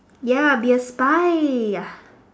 ya be a spy